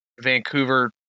Vancouver